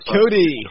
Cody